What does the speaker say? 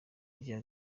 rya